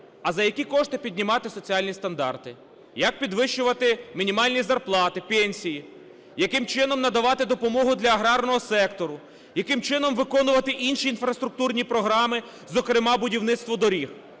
а за які кошти піднімати соціальні стандарти, як підвищувати мінімальні зарплати, пенсії, яким чином надавати допомогу для агарного сектору, яким чином виконувати інші інфраструктурні програми, зокрема, будівництво доріг.